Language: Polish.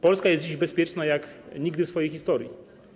Polska jest dziś bezpieczna jak nigdy w swojej historii.